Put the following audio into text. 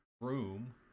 room